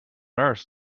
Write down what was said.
earth